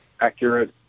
accurate